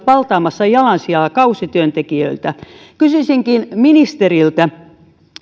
valtaamassa jalansijaa kausityöntekijöiltä kysyisinkin ministeriltä